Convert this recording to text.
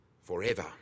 forever